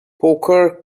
poker